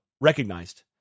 recognized